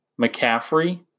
McCaffrey